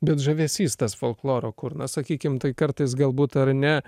bet žavesys tas folkloro kur na sakykim tai kartais galbūt ar ne